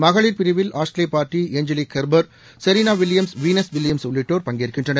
மகளிர் பிரிவில்ட Ashleigh Barty Angelique Kerber Serena Williams Venus Williams உள்ளிட்டோர் பங்கேற்கின்றனர்